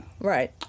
Right